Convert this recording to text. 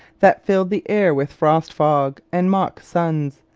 that filled the air with frost fog and mock suns,